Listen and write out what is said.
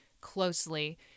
closely